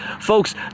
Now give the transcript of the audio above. Folks